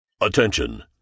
Attention